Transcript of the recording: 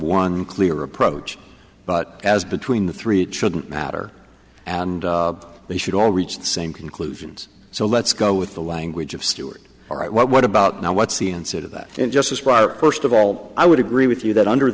one clear approach but as between the three it shouldn't matter and they should all reach the same conclusions so let's go with the language of stewart all right what about now what's the answer to that just as prior first of all i would agree with you that under